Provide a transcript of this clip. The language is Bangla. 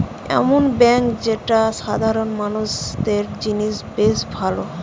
এমন বেঙ্ক যেটা সাধারণ মানুষদের জিনে বেশ ভালো